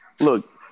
Look